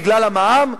בגלל המע"מ,